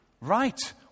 right